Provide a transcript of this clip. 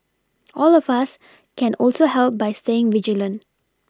all of us can also help by staying vigilant